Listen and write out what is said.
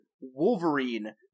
Wolverine